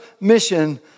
mission